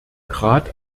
grad